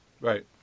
Right